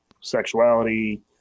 sexuality